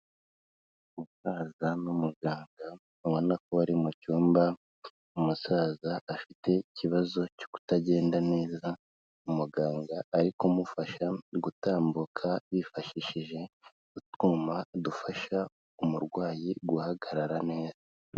Umusaza n'umuganga ubona ko bari mu cyumba, umusaza afite ikibazo cyo kutagenda neza, umuganga ari kumufasha gutambuka bifashishije utwuma dufasha umurwayi guhagarara neza.